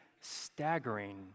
staggering